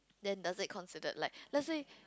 then does it considered like let's say